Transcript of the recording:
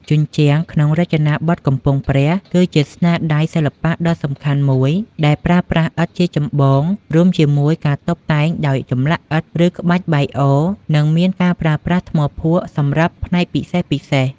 ជញ្ជាំងក្នុងរចនាបថកំពង់ព្រះ គឺជាស្នាដៃសិល្បៈដ៏សំខាន់មួយដែលប្រើប្រាស់ឥដ្ឋជាចម្បង រួមជាមួយការតុបតែងដោយចម្លាក់ឥដ្ឋ ឬក្បាច់បាយអរ និងមានការប្រើប្រាស់ថ្មភក់សម្រាប់ផ្នែកពិសេសៗ។